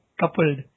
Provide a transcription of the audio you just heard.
coupled